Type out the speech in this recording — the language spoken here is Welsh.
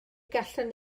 gallwn